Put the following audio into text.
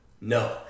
No